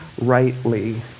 rightly